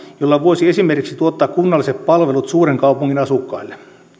jolla voisi esimerkiksi tuottaa kunnalliset palvelut suuren kaupungin asukkaille